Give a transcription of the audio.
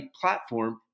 platform